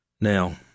Now